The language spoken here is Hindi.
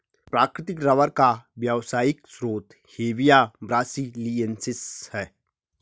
प्राकृतिक रबर का व्यावसायिक स्रोत हेविया ब्रासिलिएन्सिस है